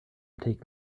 take